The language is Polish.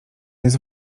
jest